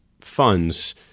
funds